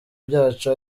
byacu